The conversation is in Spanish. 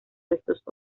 restos